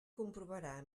comprovarà